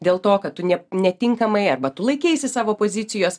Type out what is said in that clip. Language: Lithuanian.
dėl to kad tu ne netinkamai arba tu laikeisi savo pozicijos